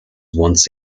once